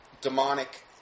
demonic